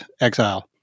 exile